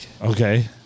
Okay